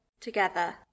together